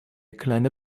kleine